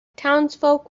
townsfolk